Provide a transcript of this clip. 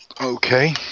Okay